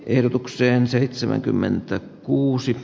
ehdotukseen seitsemänkymmentä kuusi